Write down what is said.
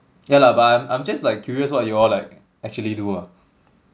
ya lah but I'm I'm just like curious what you all like actually do ah